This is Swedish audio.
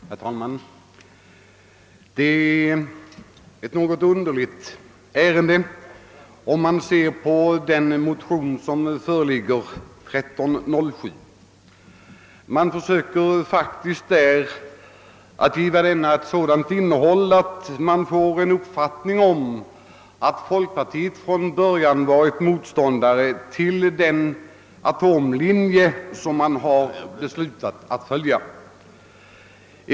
Herr talman! Det är ett något underligt ärende, som motionärerna är ute i, om man ser på den motion som föreligger i denna fråga, 1:1033 och 11: 1307. Motionärerna försöker faktiskt bibringa oss den uppfattningen, att folkpartiet från början varit motståndare till den linje som följts på atomkraftsområdet.